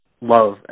love